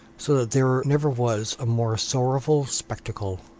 so that there never was a more sorrowful spectacle.